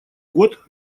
год